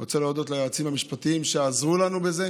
אני רוצה להודות ליועצים המשפטיים שעזרו לנו בזה,